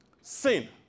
Sin